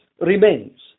remains